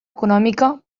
econòmica